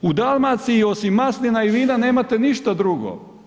U Dalmaciji osim maslina i vina nemate ništa drugo.